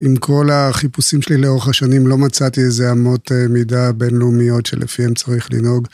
עם כל החיפושים שלי לאורך השנים, לא מצאתי איזה עמות מידה בינלאומיות שלפיהן צריך לנהוג.